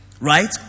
right